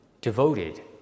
devoted